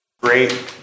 Great